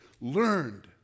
learned